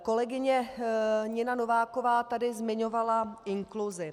Kolegyně Nina Nováková tady zmiňovala inkluzi.